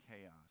chaos